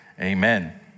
amen